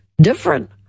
different